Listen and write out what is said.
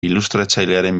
ilustratzailearen